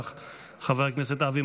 חבר הכנסת ווליד טאהא,